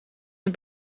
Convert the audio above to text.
het